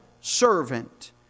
servant